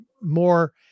more